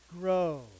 grow